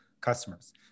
customers